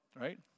right